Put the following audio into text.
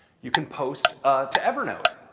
you can post to evernote.